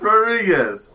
Rodriguez